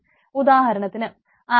ഉദാഹരണത്തിന് ആമസോൺ